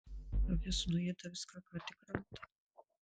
avis nuėda viską ką tik randa